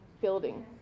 building